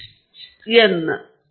ನಿಮ್ಮ ಮಾದರಿಯು ಡೇಟಾದಂತೆ ಒಳ್ಳೆಯದು